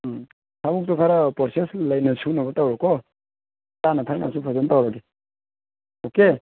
ꯎꯝ ꯊꯕꯛꯇꯨ ꯈꯔ ꯄ꯭ꯔꯣꯁꯦꯁ ꯂꯩꯅ ꯁꯨꯅꯕ ꯇꯧꯔꯣ ꯀꯣ ꯆꯥꯅ ꯊꯛꯅꯕꯁꯨ ꯐꯖꯅ ꯇꯧꯔꯒꯦ ꯑꯣꯀꯦ